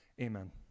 Amen